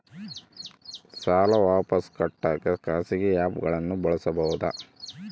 ಸಾಲ ವಾಪಸ್ ಕಟ್ಟಕ ಖಾಸಗಿ ಆ್ಯಪ್ ಗಳನ್ನ ಬಳಸಬಹದಾ?